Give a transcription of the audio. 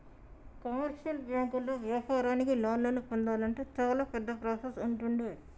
commercial బ్యాంకుల్లో వ్యాపారానికి లోన్లను పొందాలంటే చాలా పెద్ద ప్రాసెస్ ఉంటుండే